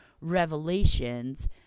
revelations